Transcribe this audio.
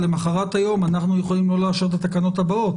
למחרת היום אנחנו יכולים לא להרשות את התקנות הבאות,